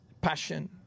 passion